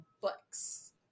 books